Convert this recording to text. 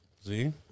See